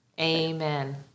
Amen